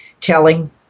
telling